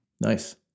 Nice